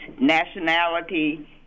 nationality